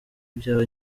bya